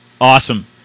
Awesome